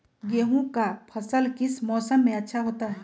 गेंहू का फसल किस मौसम में अच्छा होता है?